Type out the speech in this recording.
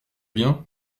bien